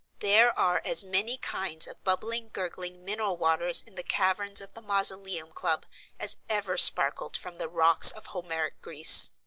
there are as many kinds of bubbling, gurgling, mineral waters in the caverns of the mausoleum club as ever sparkled from the rocks of homeric greece.